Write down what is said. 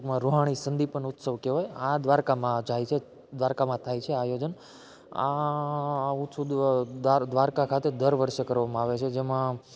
ટૂંકમાં રુહાની સંદિપન ઉત્સવ કહેવાય આ દ્વારકામાં જાય છે દ્વારકામાં થાય છે આ આયોજન આ દ્વારકા ખાતે દર વરસે કરવામાં આવે જેમાં